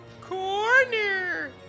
corner